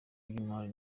by’imari